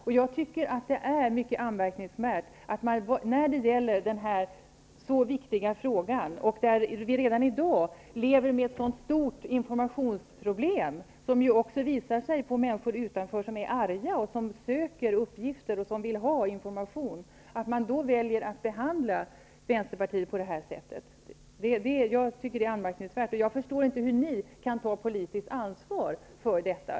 Med tanke på att det här är en så viktig fråga och vi redan i dag lever med ett sådant stort informationsproblem, vilket också visar sig bland människor utanför riksdagen, som är arga, som söker uppgifter och vill ha information, är det mycket anmärkningsvärt att man väljer att behandla Vänsterpartiet på det här sättet. Jag förstår inte hur ni kan ta politiskt ansvar för detta.